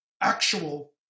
actual